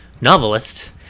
novelist